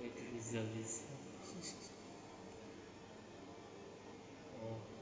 wait to reserve this